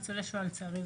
לצערי,